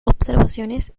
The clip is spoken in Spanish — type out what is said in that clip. observaciones